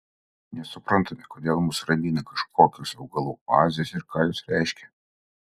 nesuprantame kodėl mus ramina kažkokios augalų oazės ir ką jos reiškia